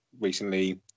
recently